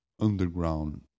underground